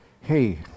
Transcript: hey